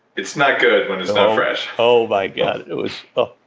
it's not good when it's not fresh oh my god. it was, ugh.